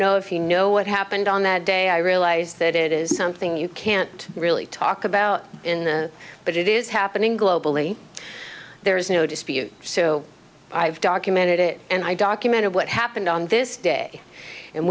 know if you know what happened on that day i realize that it is something you can't really talk about in the but it is happening globally there is no dispute so i've documented it and i documented what happened on this day and